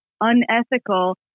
unethical